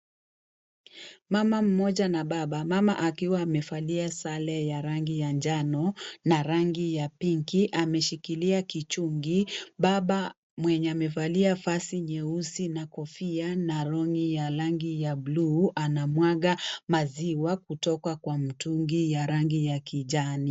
Mama mmoja na baba. Mama akiwa amevalia sare ya rangi ya njano na rangi ya pinki. Ameshikilia kichungi. Baba mwenye amevalia vazi nyeusi na kofia na longi ya rangi ya buluu, anamwaga maziwa kutoka kwa mtungi ya rangi ya kijani.